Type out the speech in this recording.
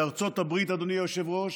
בארצות הברית, אדוני היושב-ראש,